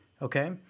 Okay